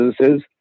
businesses